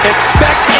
Expect